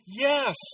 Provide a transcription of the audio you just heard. Yes